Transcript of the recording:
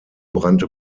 brannte